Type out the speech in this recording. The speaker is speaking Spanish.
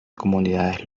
comunidades